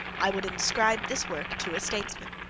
i would inscribe this work to a statesman,